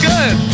Good